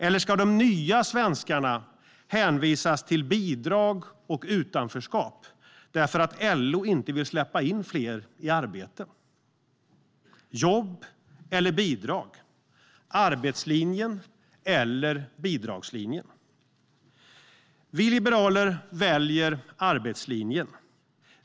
Eller ska de nya svenskarna hänvisas till bidrag och utanförskap därför att LO inte vill släppa in fler i arbete? Jobb eller bidrag, arbetslinjen eller bidragslinjen. Vi liberaler väljer arbetslinjen.